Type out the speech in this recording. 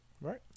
Right